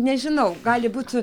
nežinau gali būt